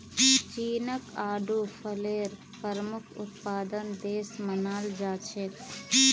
चीनक आडू फलेर प्रमुख उत्पादक देश मानाल जा छेक